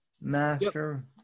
master